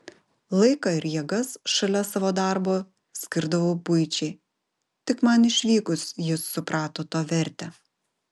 laiką ir jėgas šalia savo darbo skirdavau buičiai tik man išvykus jis suprato to vertę